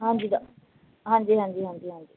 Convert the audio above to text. ਹਾਂਜੀ ਹਾਂਜੀ ਹਾਂਜੀ ਹਾਂਜੀ ਹਾਂਜੀ